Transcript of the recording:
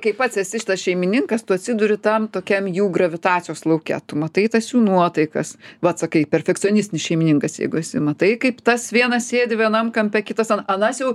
kai pats esi šeimininkas tu atsiduri tam tokiam jų gravitacijos lauke tu matai tas jų nuotaikas vat sakai perfekcionistinis šeimininkas jeigu matai kaip tas vienas sėdi vienam kampe kitas anas jau